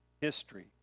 history